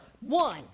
One